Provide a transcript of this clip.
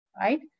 right